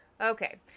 okay